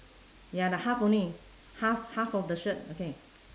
ya the half only half half of the shirt okay